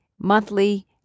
monthly